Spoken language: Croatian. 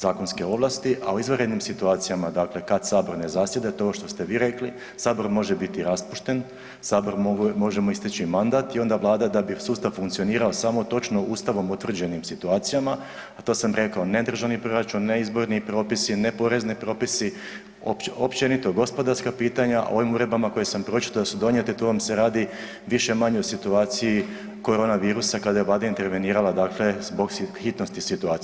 zakonske ovlasti, a u izvanrednim situacijama dakle, kad Sabor ne zasjeda, to što ste vi rekli, Sabor može biti raspušten, Saboru može mu isteći mandat i onda Vlada, da bi sustav funkcionirao, samo točno Ustavom utvrđenim situacijama, a to sam rekao, ne Državni proračun, ne izborni propisi, ne porezni propisi, općenito gospodarska pitanja, ovim uredbama kojima sam pročitao su donijete, tu vam se radi više-manje o situaciji koronavirusa kada je Vlada intervenirala dakle zbog hitnosti situacije.